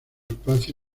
espacio